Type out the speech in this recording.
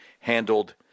handled